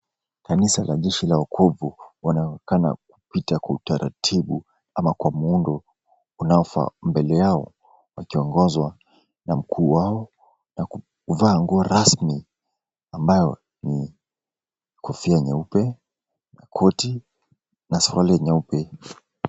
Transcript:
Kanisa la jeshi la wokovu wanaonekana wakipita kwa utaratibu ama kwa muundo unaofaa. Mbele yao wakiongozwa na mkuu wao na kuvaa nguo rasmi ambayo ni kofia nyeupe, koti na suruali nyeupe.